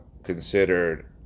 Considered